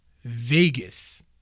Vegas